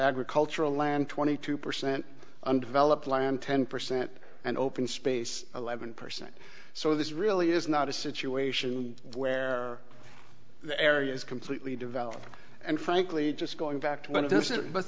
agricultural land twenty two percent undeveloped land ten percent and open space eleven percent so this really is not a situation where the area is completely developed and frankly just going back to